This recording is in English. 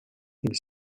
gonna